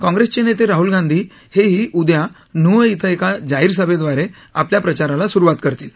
काँग्रेसचे नेते राहुल गांधी ही उद्या नूह इथं एका जाहीर सभेद्वारे आपल्या प्रचाराला सुरुवात करतील